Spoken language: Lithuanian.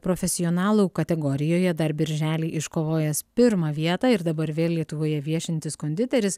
profesionalų kategorijoje dar birželį iškovojęs pirmą vietą ir dabar vėl lietuvoje viešintis konditeris